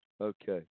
Okay